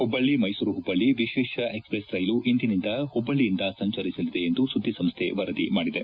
ಹುಬ್ಬಳ್ಳಿ ಮೈಸೂರು ಹುಬ್ಬಳ್ಳಿ ವಿಶೇಷ ಎಕ್ಸ್ಪ್ರೆಸ್ ರೈಲು ಇಂದಿನಿಂದ ಹುಬ್ಬಳ್ಳಿಯಿಂದ ಸಂಚರಿಸಲಿದೆ ಎಂದು ಸುದ್ದಿಸಂಸ್ಥೆ ವರದಿ ಮಾಡಿದೆ